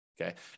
Okay